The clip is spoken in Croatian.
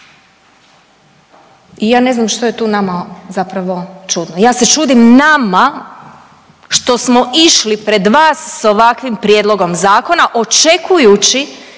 I ja ne znam što je tu nama zapravo čudno, ja se čudim nama što smo išli pred vas sa ovakvim prijedlogom zakona očekujući